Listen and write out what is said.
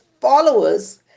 followers